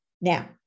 Now